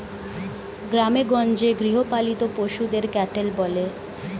গ্রামেগঞ্জে গৃহপালিত পশুদের ক্যাটেল বলে